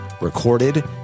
recorded